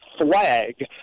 flag